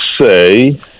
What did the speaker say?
say